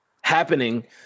happening